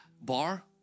bar